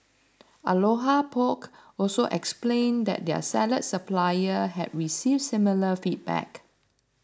Aloha Poke also explained that their salad supplier had received similar feedback